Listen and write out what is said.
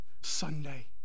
Sunday